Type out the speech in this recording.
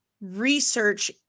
research